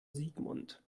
sigmund